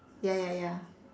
ya ya ya